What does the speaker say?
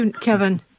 Kevin